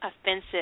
offensive